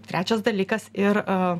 trečias dalykas ir